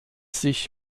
sich